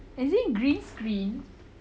is it green screen